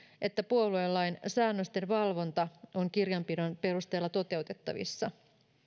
että puoluelain säännösten valvonta on kirjanpidon perusteella toteutettavissa